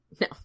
No